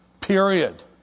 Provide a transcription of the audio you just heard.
Period